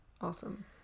Awesome